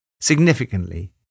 Significantly